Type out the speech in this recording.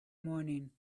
morning